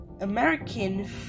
American